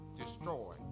destroy